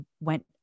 went